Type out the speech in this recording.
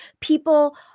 people